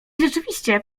rzeczywiście